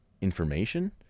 information